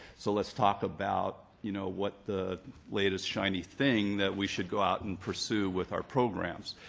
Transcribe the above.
so let's talk about, you know, what the latest shining thing that we should go out and pursue with our programs.